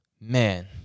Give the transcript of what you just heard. man